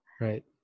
Right